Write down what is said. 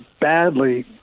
badly